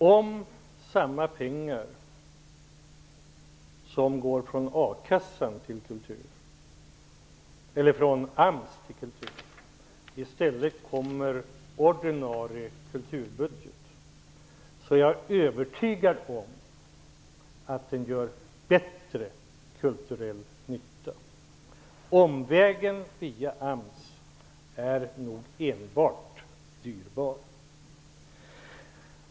Herr talman! Om de pengar som går från a-kassan till kulturen eller från AMS till kulturen i stället skulle komma ordinarie kulturbudget till godo, är jag övertygad om att de gör bättre kulturell nytta. Omvägen via AMS är nog enbart dyrbar.